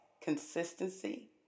consistency